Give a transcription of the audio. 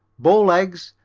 bowlegs,